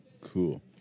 Cool